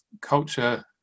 culture